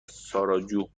ساراجوو